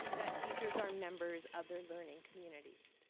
that teachers are members of their learning communities.